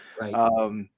Right